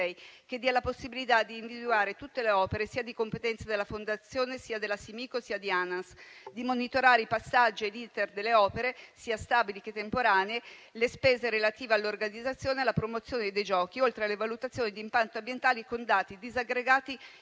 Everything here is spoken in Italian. che dia la possibilità di individuare tutte le opere sia di competenza della Fondazione sia della Simico sia di Anas, di monitorare passaggi e l'*iter* delle opere, sia stabili che temporanee, le spese relative all'organizzazione, alla promozione dei giochi, oltre alle valutazioni di impatto ambientali con dati disaggregati